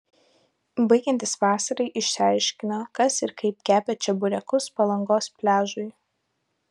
baigiantis vasarai išsiaiškino kas ir kaip kepė čeburekus palangos pliažui